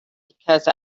because